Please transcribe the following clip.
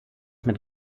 mit